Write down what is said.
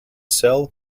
cell